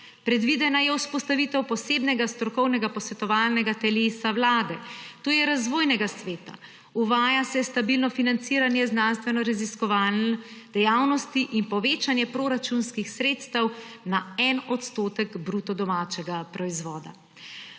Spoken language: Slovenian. Predvidena je vzpostavitev posebnega strokovnega posvetovalnega telesa vlade, to je Razvojnega sveta. Uvaja se stabilno financiranje znanstvenoraziskovalne dejavnosti in povečanje proračunskih sredstev na en odstotek bruto domačega proizvoda.